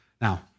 Now